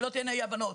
שלא תהיינה אי הבנות,